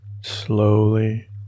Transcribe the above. slowly